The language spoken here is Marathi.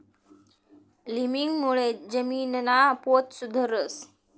लिमिंगमुळे जमीनना पोत सुधरस